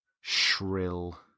shrill